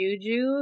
juju